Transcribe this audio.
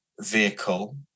vehicle